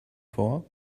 vor